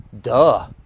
Duh